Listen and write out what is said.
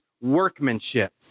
workmanship